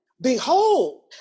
behold